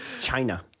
China